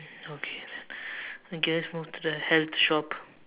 mm okay let's move to the health shop